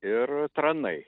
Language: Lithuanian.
ir tranai